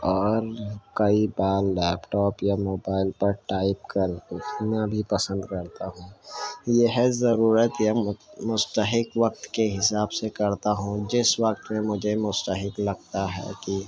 اور کئی بار لیپ ٹاپ یا موبائل پر ٹائپ کرنا بھی پسند کرتا ہوں یہ ہے ضرورت کے مستحق وقت کے حساب سے کرتا ہوں جس وقت میں مجھے مستحق لگتا ہے کہ